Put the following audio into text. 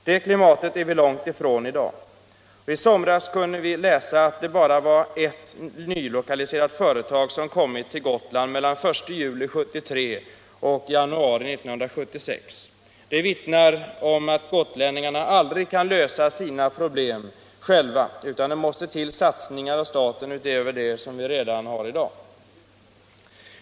Det klimatet är vi långt ifrån i dag. I somras kunde vi läsa att bara ert nylokaliserat företag kommit till Gotland mellan 1 juli 1943 och januari 1976. Det vittnar om att gotlänningarna aldrig kan lösa sina problem själva utan det måste till satsningar av staten utöver det vi redan gör i dag.